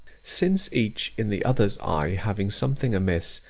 since each, in the other's eye, having something amiss,